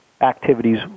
activities